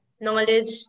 knowledge